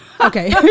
Okay